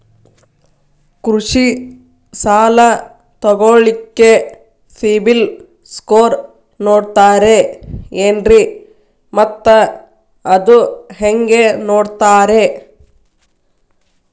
ಕೃಷಿ ಸಾಲ ತಗೋಳಿಕ್ಕೆ ಸಿಬಿಲ್ ಸ್ಕೋರ್ ನೋಡ್ತಾರೆ ಏನ್ರಿ ಮತ್ತ ಅದು ಹೆಂಗೆ ನೋಡ್ತಾರೇ?